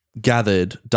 gathered